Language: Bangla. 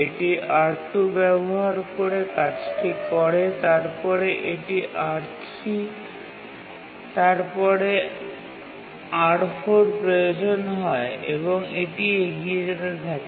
এটি R2 ব্যবহার করে কাজটি করে তারপরে এটি R3 তারপরে R4 প্রয়োজন হয় এবং এটি এগিয়ে যেতে থাকে